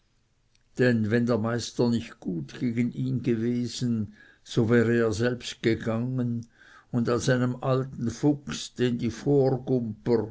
denn wenn der meister nicht gut gegen ihn gewesen so wäre er selbst gegangen und als einem alten fuchs den die